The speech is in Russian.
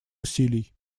усилий